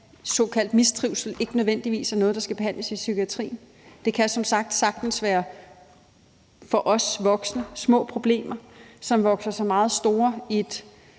såkaldt mistrivsel ikke nødvendigvis er noget, der skal behandles i psykiatrien. Det kan som sagt sagtens for os voksne være små problemer, men som vokser sig meget store i et